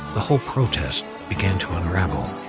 the whole protest began to unravel.